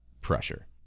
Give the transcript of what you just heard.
pressure